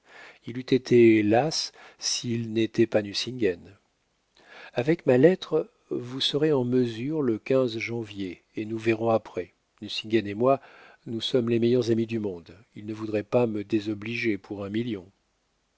il eût été law s'il n'était pas nucingen avec ma lettre vous serez en mesure le quinze janvier et nous verrons après nucingen et moi nous sommes les meilleurs amis du monde il ne voudrait pas me désobliger pour un million